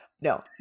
no